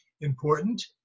important